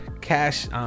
Cash